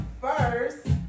first